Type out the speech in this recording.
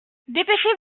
dépêchez